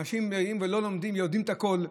אנשים יהירים לא לומדים ויודעים את הכול,